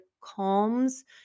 calms